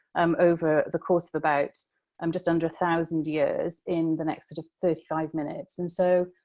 um over the course of about i'm just under a thousand years in the next, sort of, thirty five minutes, and so